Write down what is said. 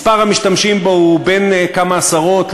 מספר המשתמשים בו הוא בין כמה עשרות,